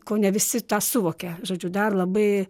kone visi tą suvokia žodžiu dar labai